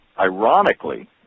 Ironically